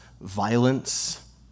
violence